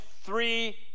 three